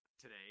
today